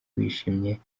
wishimye